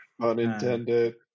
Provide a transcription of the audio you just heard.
Unintended